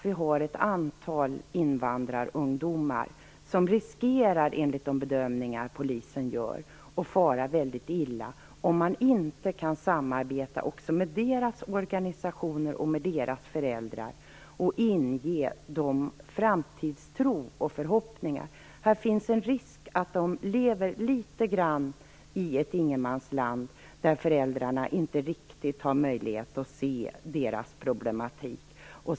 Vi har ett antal invandrarungdomar som, enligt Polisens bedömningar, riskerar att fara väldigt illa om man inte kan samarbeta också med deras organisationer och med deras föräldrar och inge dem framtidstro och förhoppningar. Det finns en risk att de lever litet grand i ett ingenmansland där föräldrarna inte riktigt har möjlighet att se deras problematik.